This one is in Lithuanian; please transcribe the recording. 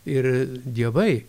ir dievai